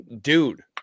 dude